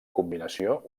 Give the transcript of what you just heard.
combinació